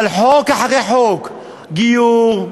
אבל חוק אחרי חוק, גיור,